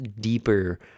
deeper